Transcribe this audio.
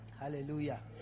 Hallelujah